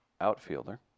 outfielder